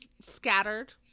scattered